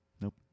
Nope